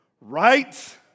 Right